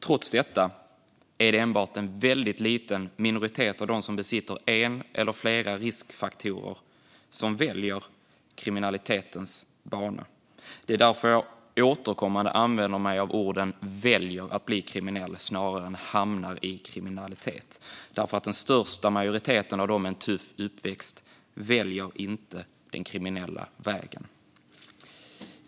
Trots detta är det enbart en väldigt liten minoritet av dem med en eller flera riskfaktorer som väljer kriminalitetens bana. Det är därför jag återkommande använder mig av orden "väljer att bli kriminell" snarare än "hamnar i kriminalitet". Det är för att majoriteten av dem med tuff uppväxt inte väljer den kriminella vägen.